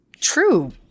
true